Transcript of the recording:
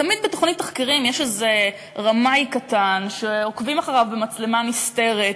תמיד בתוכנית תחקירים יש איזה רמאי קטן שעוקבים אחריו במצלמה נסתרת,